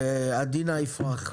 עדינה איפרח.